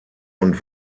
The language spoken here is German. und